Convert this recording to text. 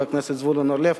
חבר הכנסת זבולון אורלב,